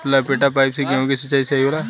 लपेटा पाइप से गेहूँ के सिचाई सही होला?